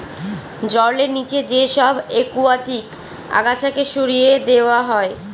জলের নিচে যে সব একুয়াটিক আগাছাকে সরিয়ে দেওয়া হয়